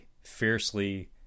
fiercely